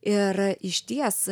ir išties